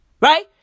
Right